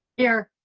here.